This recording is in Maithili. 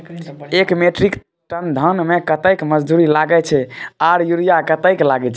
एक मेट्रिक टन धान में कतेक मजदूरी लागे छै आर यूरिया कतेक लागे छै?